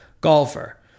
golfer